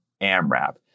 AMRAP